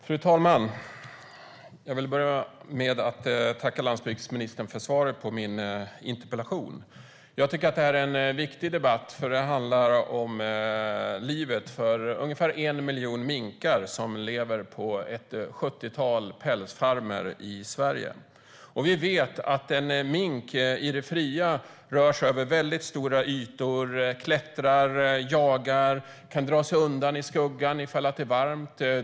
Fru talman! Jag vill börja med att tacka landsbygdsministern för svaret på min interpellation. Jag tycker att det här är en viktig debatt, för den handlar om livet för ungefär 1 miljon minkar som lever på ett sjuttiotal pälsfarmer i Sverige. Vi vet att minkar i det fria rör sig över väldigt stora ytor, klättrar, jagar och kan dra sig undan i skuggan ifall det är varmt.